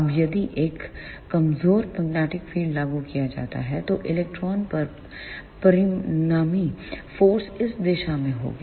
अब यदि एक कमजोर मैग्नेटिक फील्ड लागू किया जाता है तो इलेक्ट्रॉन पर परिणामी फोर्स इस दिशा में होगा